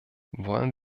wollen